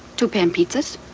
two pan pizzas.